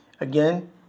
Again